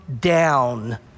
down